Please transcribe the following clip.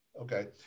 Okay